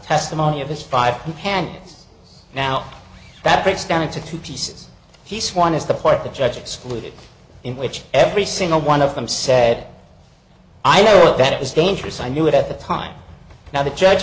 testimony of his five companions now that breaks down into two pieces he's one is the part the judge excluded in which every single one of them said i know that it was dangerous i knew it at the time now the judge